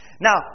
Now